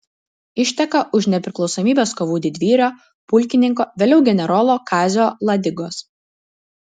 išteka už nepriklausomybės kovų didvyrio pulkininko vėliau generolo kazio ladigos